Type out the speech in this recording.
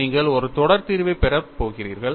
நீங்கள் ஒரு தொடர் தீர்வைப் பெறப் போகிறீர்கள்